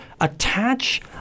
Attach